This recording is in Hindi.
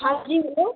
हाँ जी हलो